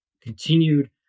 continued